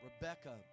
Rebecca